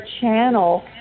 channel